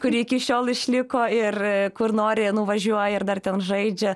kurie iki šiol išliko ir kur nori nuvažiuoja ir dar ten žaidžia